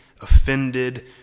offended